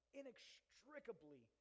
inextricably